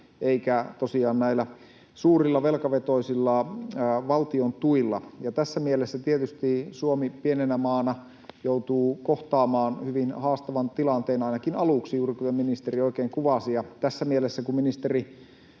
eikä tosiaan näillä suurilla velkavetoisilla valtiontuilla. Tässä mielessä tietysti Suomi pienenä maana joutuu kohtaamaan hyvin haastavan tilanteen ainakin aluksi, juuri kuten ministeri oikein kuvasi. Tässä mielessä, kun ministeri